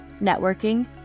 networking